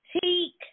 Teak